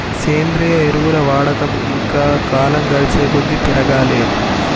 సేంద్రియ ఎరువుల వాడకం ఇంకా కాలం గడిచేకొద్దీ పెరగాలే